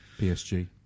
PSG